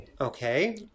Okay